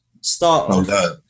start